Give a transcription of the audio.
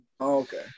Okay